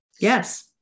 Yes